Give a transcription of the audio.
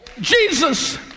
Jesus